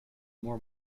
more